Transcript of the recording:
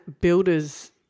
builders